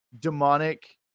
demonic